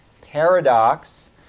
Paradox